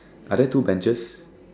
are there two batches